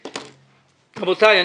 רבותיי,